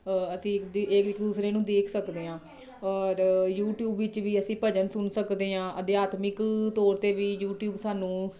ਅਸੀਂ ਇੱਕ ਦ ਇੱਕ ਦੂਸਰੇ ਨੂੰ ਦੇਖ ਸਕਦੇ ਹਾਂ ਔਰ ਯੂਟੀਊਬ ਵਿੱਚ ਵੀ ਅਸੀਂ ਭਜਨ ਸੁਣ ਸਕਦੇ ਹਾਂ ਅਧਿਆਤਮਿਕ ਤੌਰ 'ਤੇ ਵੀ ਯੂਟੀਊਬ ਸਾਨੂੰ